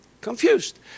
Confused